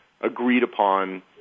agreed-upon